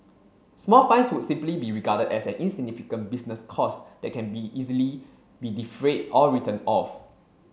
small fines would simply be regarded as an insignificant business cost that can be easily be defrayed or written off